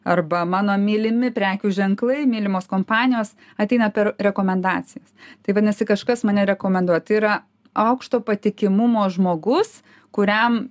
arba mano mylimi prekių ženklai mylimos kompanijos ateina per rekomendacijas tai vadinasi kažkas mane rekomenduoja tai yra aukšto patikimumo žmogus kuriam